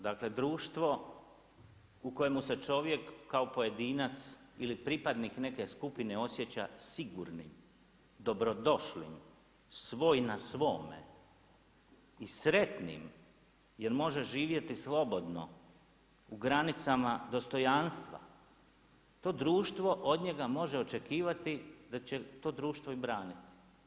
Dakle, društvo u kojemu čovjek kao pojedinac ili pripadnik neke skupine osjeća sigurnim, dobrodošlim, svoj na svome i sretnim jer može živjeti slobodno, u granicama dostojanstva, to društvo od njega može očekivati da će to društvo i braniti.